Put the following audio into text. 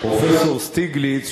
פרופסור שטיגליץ,